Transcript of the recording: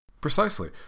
Precisely